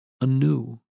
anew